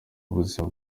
ubuzima